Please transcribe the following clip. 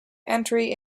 entry